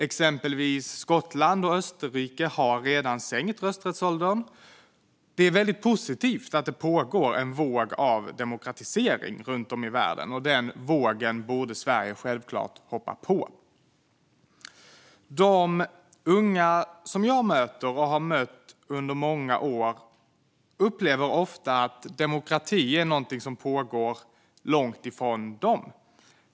Exempelvis Skottland och Österrike har redan sänkt rösträttsåldern. Det är väldigt positivt att det pågår en våg av demokratisering runt om i världen, och den vågen borde Sverige självklart hoppa på. De unga jag möter och har mött under många år upplever ofta att demokrati är någonting som pågår långt ifrån dem.